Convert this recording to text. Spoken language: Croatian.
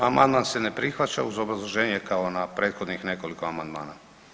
Amandman se ne prihvaća uz obrazloženje kao na prethodnih nekoliko amandmana.